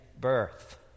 birth